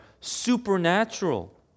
supernatural